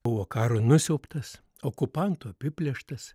buvo karo nusiaubtas okupantų apiplėštas